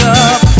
up